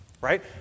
Right